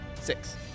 Six